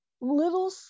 little